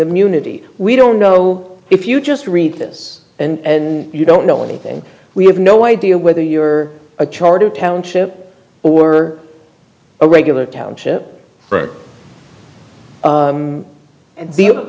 the munity we don't know if you just read this and you don't know anything we have no idea whether you're a charter township or a regular township and the of